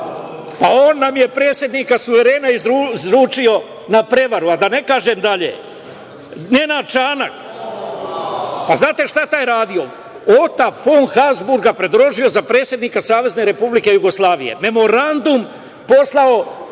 Pa, on nam je predsednika svojevremeno izručio na prevaru, a da ne kažem dalje. Nenad Čanak. Da li znate šta je taj radio? Ota fon Habzburga predložio je za predsednika Savezne Republike Jugoslavije. Memorandum je poslao